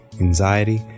anxiety